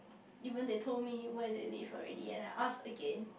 even they told me where they live already and I ask again